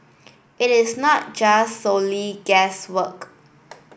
it is not just solely guesswork